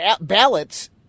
ballots